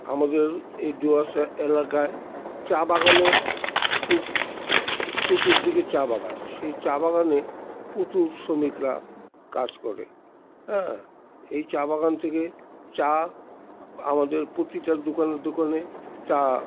আমাদের এই দোয়াশ এলাকায় চা বাগানে খুব চতুর্দিকে চা বাগান সেই চা বাগানে প্রচুর শ্রমিকরা কাজ করে হ্যাঁ এই চা বাগান থেকে চা আমাদের প্রতিটা দোকানে দোকানে চা